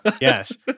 Yes